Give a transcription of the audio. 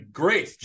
great